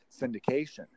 syndication